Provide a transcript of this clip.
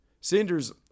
Sanders